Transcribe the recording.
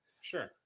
Sure